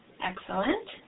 Excellent